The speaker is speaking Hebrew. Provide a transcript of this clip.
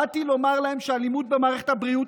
באתי לומר להם שאלימות במערכת הבריאות